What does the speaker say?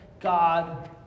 God